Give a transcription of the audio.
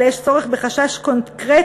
אלא יש צורך בחשש קונקרטי